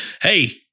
hey